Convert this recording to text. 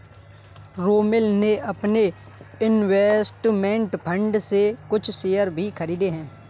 रोमिल ने अपने investment fund से कुछ शेयर भी खरीदे है